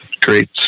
great